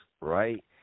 right